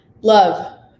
love